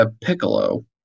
Piccolo